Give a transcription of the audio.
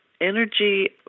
energy